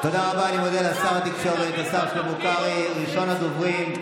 בהתאם לסעיפים האמורים לחוק-היסוד,